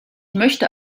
möchte